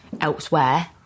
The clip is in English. elsewhere